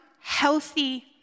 healthy